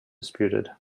disputed